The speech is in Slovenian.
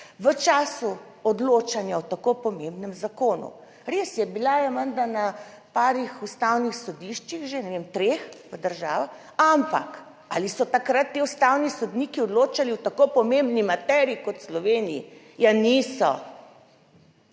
v času odločanja o tako pomembnem zakonu. Res je, bila je menda na parih ustavnih sodiščih že, ne vem, treh državah, ampak ali so takrat ti ustavni sodniki odločali o tako pomembni materiji kot v Sloveniji? Ja, niso